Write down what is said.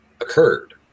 occurred